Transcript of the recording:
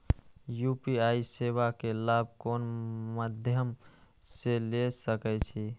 UPI सेवा के लाभ कोन मध्यम से ले सके छी?